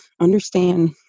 understand